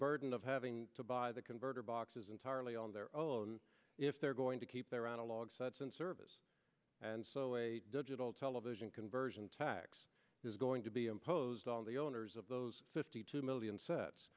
burden of having to buy the converter boxes entirely on their own if they're going to keep their analog sets and service and so a digital television conversion tax is going to be imposed on the owners of those fifty two million sets